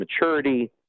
maturity